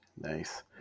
nice